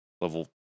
level